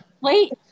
Wait